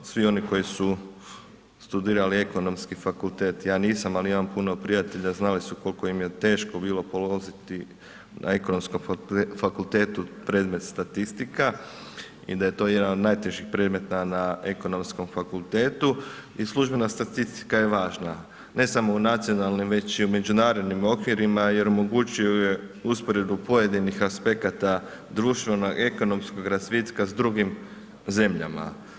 Svi oni koji su studirali Ekonomski fakultet, ja nisam ali imam puno prijatelja znali su koliko im je teško bilo položiti na Ekonomskom fakultetu predmet Statistika i da je to jedan od najtežih predmeta na Ekonomskom fakultetu i službena statistika je važna, ne samo u nacionalnim već i u međunarodnim okvirima jer omogućuje usporedbu pojedinih društvenog i ekonomskoga razvitka s drugim zemljama.